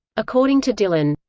according to dylan,